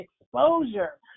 exposure